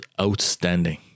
outstanding